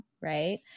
right